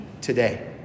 today